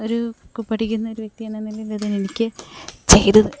ഒരൂ പഠിക്കുന്നൊരു വ്യക്തിയെന്ന നിലയിൽ എനിക്ക് ചെയ്ത്